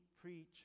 preach